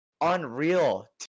Unreal